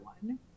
one